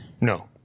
No